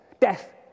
death